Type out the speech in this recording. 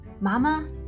Mama